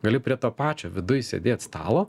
gali prie to pačio viduj sėdėt stalo